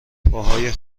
پاهای